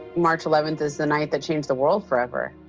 march eleven is the night that changed the world forever.